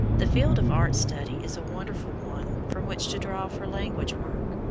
the field of art study is a wonderful one from which to draw for language work.